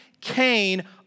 Cain